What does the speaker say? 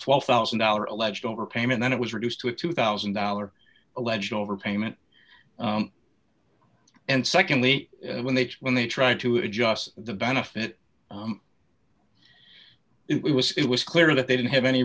twelve thousand dollars alleged overpayment then it was reduced to a two thousand dollars alleged overpayment and secondly when they when they tried to adjust the benefit it was it was clear that they didn't have any